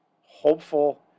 hopeful